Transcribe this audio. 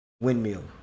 Windmill